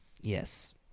Yes